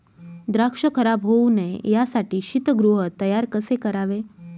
द्राक्ष खराब होऊ नये यासाठी शीतगृह तयार कसे करावे?